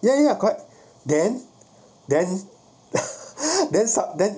ya ya quite then then then then